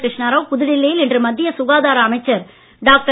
கிருஷ்ணாராவ் புதுடில்லியில் இன்று மத்திய சுகாதார அமைச்சர் டாக்டர்